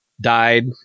died